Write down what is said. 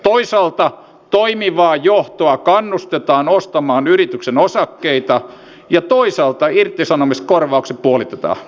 toisaalta toimivaa johtoa kannustetaan ostamaan yrityksen osakkeita ja toisaalta irtisanomiskorvaukset puolitetaan